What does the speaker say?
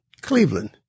Cleveland